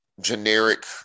generic